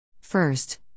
First